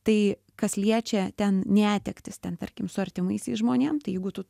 tai kas liečia ten netektis ten tarkim su artimaisiais žmonėm tai jeigu tu